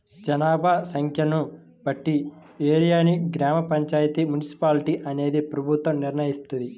జనాభా సంఖ్యను బట్టి ఏరియాని గ్రామ పంచాయితీ, మున్సిపాలిటీ అనేది ప్రభుత్వం నిర్ణయిత్తది